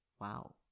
wow